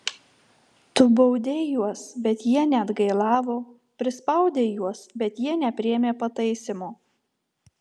tu baudei juos bet jie neatgailavo prispaudei juos bet jie nepriėmė pataisymo